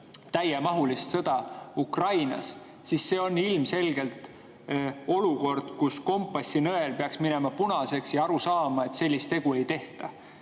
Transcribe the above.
täiemahulist sõda Ukrainas –, et see on ilmselgelt olukord, kus kompassinõel peaks minema punaseks ja [peaks] aru saama, et sellist tegu ei tehta?